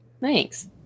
thanks